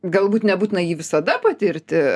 galbūt nebūtina jį visada patirti